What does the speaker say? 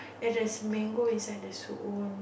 and there's mango inside the soup one